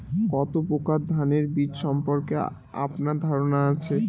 কত প্রকার ধানের বীজ সম্পর্কে আপনার ধারণা আছে?